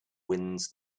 winds